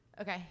Okay